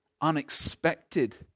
Unexpected